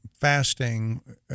fasting